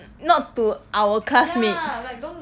not to our classmates